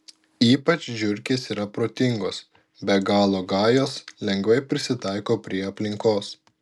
ypač žiurkės yra protingos be galo gajos lengvai prisitaiko prie aplinkos